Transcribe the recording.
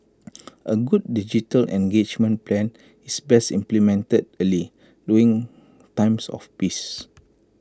A good digital engagement plan is best implemented early during times of peace